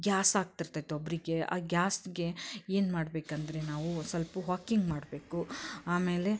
gas ಆಗ್ತಿರ್ತೈತೆ ಒಬ್ಬರಿಗೆ ಆ ಗ್ಯಾಸ್ಗೆ ಏನು ಮಾಡಬೇಕಂದ್ರೆ ನಾವು ಒಂದು ಸ್ವಲ್ಪ ವಾಕಿಂಗ್ ಮಾಡಬೇಕು ಆಮೇಲೆ